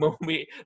movie